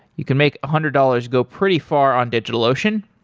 you can make a hundred dollars go pretty far on digitalocean.